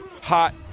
hot